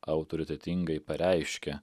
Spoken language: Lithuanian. autoritetingai pareiškia